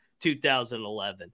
2011